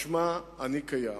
משמע אני קיים.